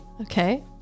Okay